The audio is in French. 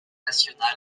national